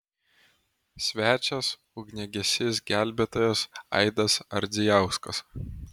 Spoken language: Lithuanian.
svečias ugniagesys gelbėtojas aidas ardzijauskas